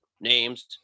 names